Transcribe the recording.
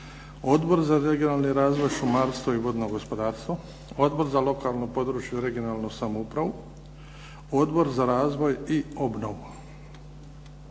Odbor za regionalni razvoj, šumarstvo i vodno gospodarstvo, Odbor za lokalnu, područnu i regionalnu samoupravu, Odbor za razvoji i obnovu.